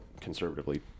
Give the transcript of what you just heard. conservatively